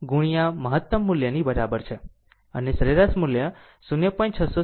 707 મહત્તમ મૂલ્યની બરાબર છે અને સરેરાશ મૂલ્ય 0